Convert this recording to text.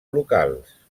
locals